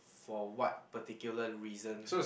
for what particular reasons